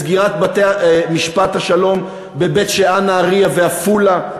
בסגירת בתי-משפט השלום בבית-שאן, בנהרייה ובעפולה?